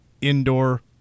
indoor